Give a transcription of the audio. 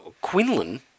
Quinlan